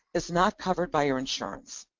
is not covered by your insurance.